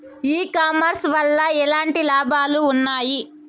ఈ కామర్స్ వల్ల ఎట్లాంటి లాభాలు ఉన్నాయి?